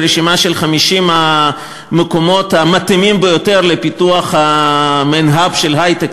לרשימה של 50 המקומות המתאימים ביותר לפיתוח של היי-טק,